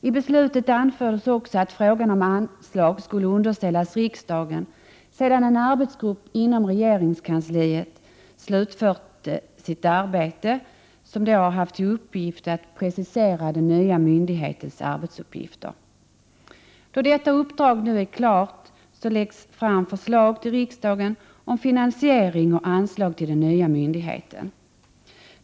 I beslutet anfördes också att frågan om anslag skulle underställas riksdagen, sedan en arbetsgrupp inom regeringskansliet med uppgift att precisera den nya myndighetens arbetsuppgifter har slutfört sitt arbete. Då detta uppdrag nu är klart läggs det fram förslag till riksdagen om finansiering och anslag till den nya myndigheten.